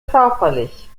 körperlich